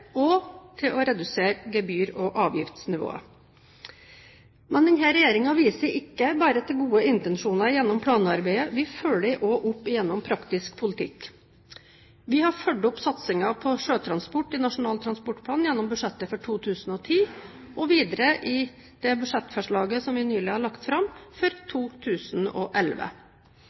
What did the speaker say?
og til å redusere gebyr- og avgiftsnivået. Men denne regjeringen viser ikke bare til gode intensjoner gjennom planarbeidet. Vi følger også opp gjennom praktisk politikk. Vi har fulgt opp satsingen på sjøtransport i Nasjonal transportplan gjennom budsjettet for 2010 og videre i det budsjettforslaget vi nylig har lagt fram for 2011.